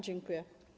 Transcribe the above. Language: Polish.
Dziękuję.